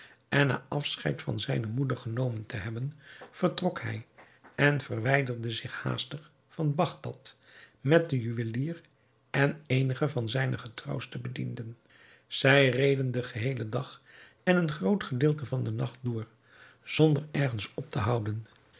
na afscheid van zijne moeder genomen te hebben vertrok hij en verwijderde zich haastig van bagdad met den juwelier en eenige van zijne getrouwste bedienden zij reden den geheelen dag en een groot gedeelte van den nacht door zonder ergens op te houden